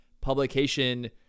publication